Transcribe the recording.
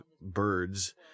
birds